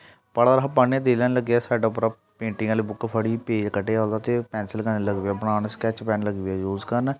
पढ़ा दा हा पढ़न च दिल ऐ नेईं लग्गेआ फटाफट पेंटिंग आह्ली बुक फड़ी पेज़ कड्ढेआ ओह्दा ते पेंसिल कन्नै लग्गी पेआ बनान स्कैच पेन लग्गी पेआ यूज़ करन